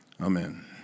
Amen